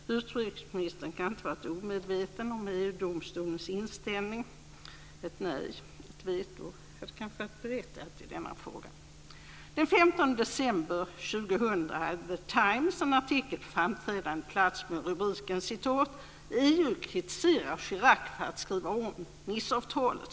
Utrikesministern kan inte ha varit omedveten om EG-domstolens inställning. Ett nej, ett veto, hade kanske varit berättigad i denna fråga. Den 15 december 2000 hade The Times en artikel på framträdande plats med rubriken "EU kritiserar Chirac för att skriva om Niceavtalet".